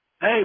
Hey